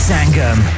Sangam